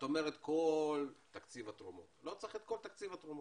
את אומרת "כל תקציב התרומות" לא צריך את כל תקציב התרומות.